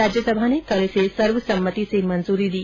राज्यसभा ने कल इसे सर्वसम्मति से मंजूरी दी